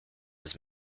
his